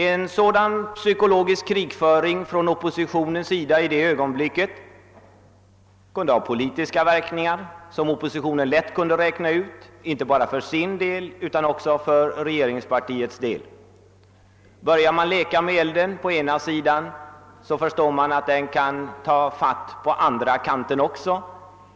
En sådan psykologisk krigföring från oppositionens sida kunde vid den tidpunkten få politiska verkningar inte bara för oppositionens egen del utan också för regeringspartiet, något som oppositionen lätt kunde räkna ut. Börjar man leka med elden på den ena sidan, förstår man att den även kan sprida sig till den andra.